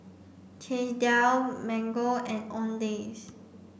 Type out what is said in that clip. Chesdale Mango and Owndays